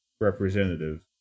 representative